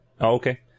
okay